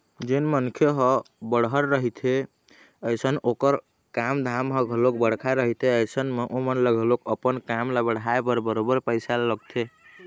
जेन मनखे ह बड़हर रहिथे अइसन ओखर काम धाम ह घलोक बड़का रहिथे अइसन म ओमन ल घलोक अपन काम ल बढ़ाय बर बरोबर पइसा लगथे